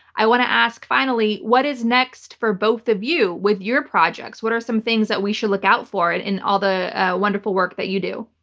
i want to ask finally. what is next for both of you with your projects? what are some things that we should look out for in all the ah wonderful work that you do?